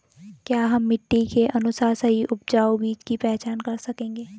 क्या हम मिट्टी के अनुसार सही उपजाऊ बीज की पहचान कर सकेंगे?